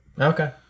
Okay